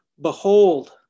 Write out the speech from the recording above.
Behold